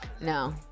no